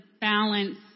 balance